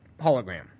hologram